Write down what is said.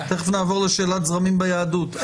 תיכף נעבור לשאלת זרמים ביהדות.